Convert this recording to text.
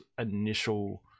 initial